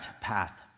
path